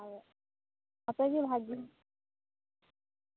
ᱟᱯᱮ ᱜᱮ ᱵᱷᱟᱹᱜᱤ